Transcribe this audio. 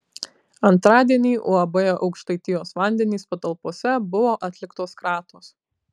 antradienį uab aukštaitijos vandenys patalpose buvo atliktos kratos